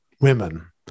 women